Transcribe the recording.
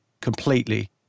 completely